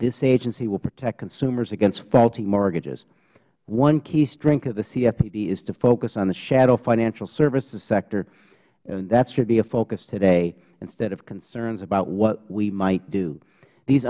this agency will protect consumers against faulty mortgages one key strength of the cfpb is to focus on the shadow financial services sector and that should be a focus today instead of concerns about what we might do these